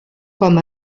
com